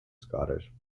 scottish